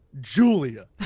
Julia